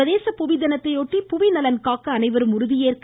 சர்வதேச புவி தினத்தையொட்டி புவி நலன் காக்க அனைவரும் உறுதியேற்க